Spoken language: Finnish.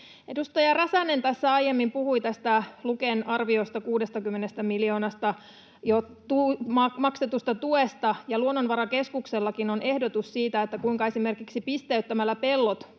Edustaja Räsänen tässä aiemmin puhui tästä Luken arviosta, 60 miljoonasta jo maksetusta tuesta, ja Luonnonvarakeskuksellakin on ehdotus siitä, kuinka esimerkiksi pisteyttämällä pellot